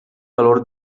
valor